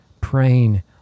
praying